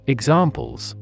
Examples